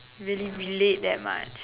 really relate that much